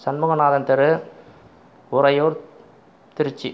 சண்முகநாதன் தெரு உறையூர் திருச்சி